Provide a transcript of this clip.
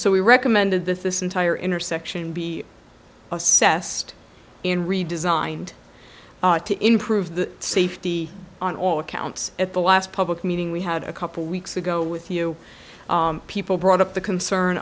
so we recommended that this entire intersection be assessed and redesigned to improve the safety on all accounts at the last public meeting we had a couple weeks ago with you people brought up the concern